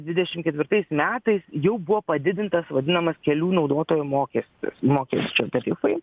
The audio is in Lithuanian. dvidešim ketvirtais metais jau buvo padidintas vadinamas kelių naudotojo mokestis mokesčio tarifai